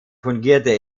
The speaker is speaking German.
fungierte